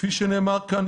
כפי שנאמר כאן,